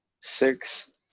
Six